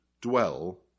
dwell